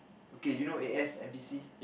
okay you know A_S_M_P_C